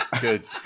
good